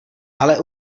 ale